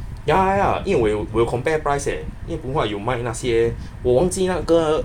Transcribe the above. ya ya ya 因为我有 compare price eh 因为 poon huat 有卖那些我忘记那个